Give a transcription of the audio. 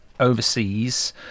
overseas